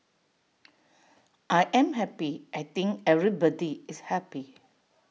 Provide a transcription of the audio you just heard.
I'm happy I think everybody is happy